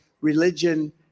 religion